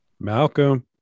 Malcolm